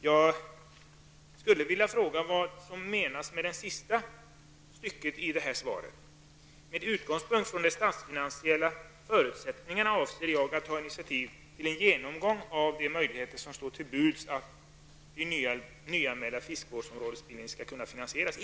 Jag skulle vilja fråga vad som menas med det sista stycket i svaret där det sägs: ''Med utgångspunkt i de statsfinansiella förutsättningarna avser jag att ta initiativ till en genomgång av de möjligheter som står till buds så att de nyanmälda fiskevårdsområdesbildningarna skall kunna finansieras.''